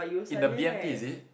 in the b_m_t is it